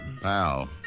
Pal